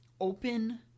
open